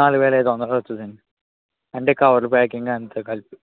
నాలుగు వేల ఐదు వందలు అవుతుందండి అంటే కవర్లు ప్యాకింగ్ అంతా కలిపి